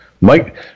Mike